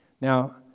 now